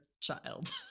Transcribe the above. child